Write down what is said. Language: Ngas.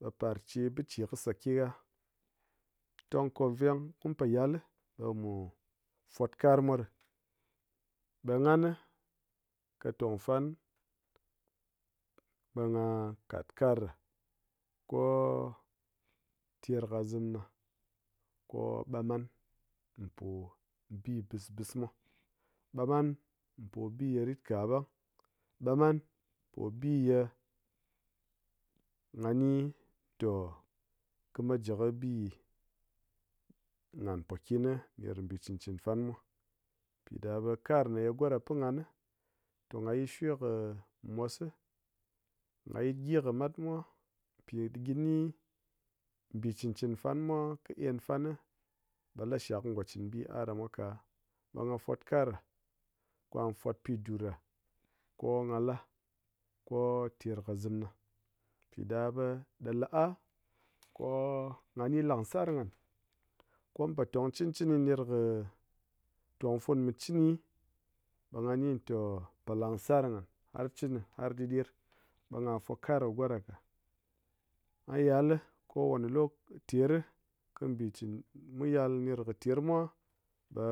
Ɓe parche ɓe bichi kɨ sa ke ha, tong ko veng kɨ mu po yal li ɓe mu fwat kar mwa ɗi ɓe nghan kɨ tong fan ɓe ngha-a kat kar ɗa ko-o ter ka zim na ko ɓam gyan po-o bi bis bis mwa, ɓam gyhan po bi ye rit ka ɓang, ɓam gyhan po bi ye ngha ni to kɨ ma ji kɨ bi nghan po kyin ni ner kɨ bi chɨn chɨn fana mwa pi ɗa ɓe kar ye goɗa pin nghan ni te ngha yit shwe mos si, ngha yit gyi kɨ mat mwa pi gyi ni bi chɨn chɨn fan mwa kɨ gyen fan ɓe lashak kɨ ngo chin bi aɗa mwa ka ɓa ngha fat kar ɗa ko ngha fat pi dur ɗa ko ngha la ko ter kɨ zim na pi ɗa ɓe ɗa la a ko-o ngha ni langsar nghan ko mu po tong cɨn cɨni ner kɨ tong fun mi chini ɓe ngha ni to-o-po langsar nghan har chɨni har ɗiɗer ɓe ngha fwa kar kɨ ngoɗa ka, ngha yal li kowane lok- ter ri ko bi chin-mu yal ner kɨ ter ri, mu yal kɨ ter mwa ɓe